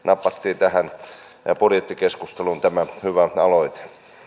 napattiin tähän budjettikeskusteluun tämä hyvä aloite